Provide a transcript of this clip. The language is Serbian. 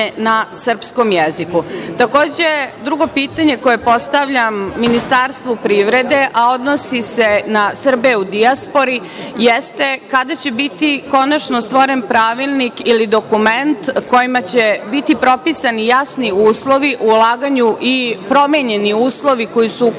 na srpskom jeziku. Takođe, drugo pitanje koje postavljam Ministarstvu privrede, a odnosi se na Srbe u dijaspori jeste - kada će biti konačno stvoren pravilnik ili dokument kojima će biti propisan i jasni uslovi u ulaganju i promenjeni uslovi koji su u